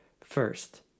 First